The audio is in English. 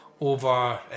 Over